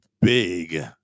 big